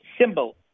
symbol